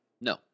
No